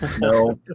no